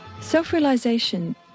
Self-realization